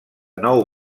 nou